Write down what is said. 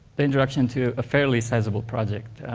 the introduction to a fairly sizable project,